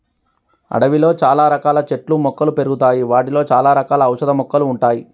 అడవిలో చాల రకాల చెట్లు మొక్కలు పెరుగుతాయి వాటిలో చాల రకాల ఔషధ మొక్కలు ఉంటాయి